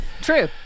True